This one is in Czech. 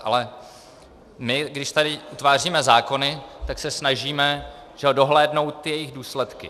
Ale my když tady utváříme zákony, tak se snažíme dohlédnout ty jejich důsledky.